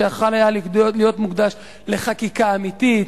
שיכול היה להיות מוקדש לחקיקה אמיתית,